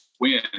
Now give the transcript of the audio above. win